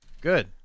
good